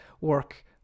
work